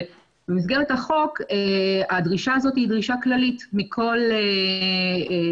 במסגרת החוק הדרישה הזאת היא דרישה כללית מכל בעל